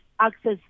access